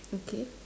okay